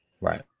right